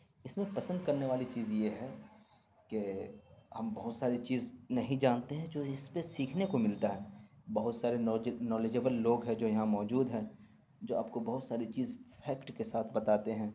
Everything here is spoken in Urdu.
اس میں پسند کرنے والی چیز یہ ہے کہ ہم بہت ساری چیز نہیں جانتے ہیں جو اس پہ سیکھنے کو ملتا ہے بہت سارے نالیجبل لوگ ہیں جو یہاں موجود ہیں جو آپ کو بہت ساری چیز فیکٹ کے ساتھ بتاتے ہیں